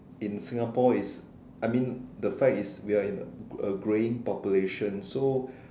in Singapore is I mean the fact is we are in a growing population so